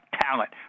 talent